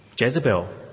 Jezebel